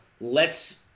lets